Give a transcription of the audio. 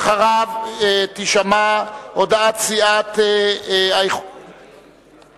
אחריו תישמע הודעת סיעת האיחוד